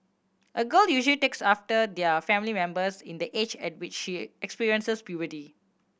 a girl usually takes after her family members in the age at which she experiences puberty